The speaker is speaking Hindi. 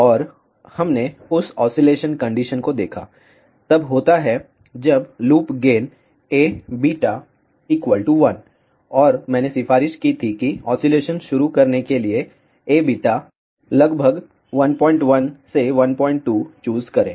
और हमने उस ऑसीलेशन कंडीशन को देखा तब होता है जब लूप गेन Aβ 1 और मैंने सिफारिश की थी कि ऑसीलेशन शुरू करने के लिए Aβ ≈11 से 12 चूज़ करें